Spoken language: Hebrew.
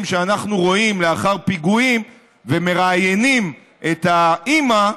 שאנחנו רואים לאחר פיגועים ומראיינים את האימא,